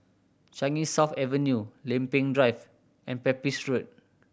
Changi South Avenue Lempeng Drive and Pepys Road